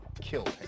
killed